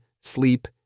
sleep